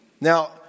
Now